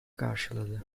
karşıladı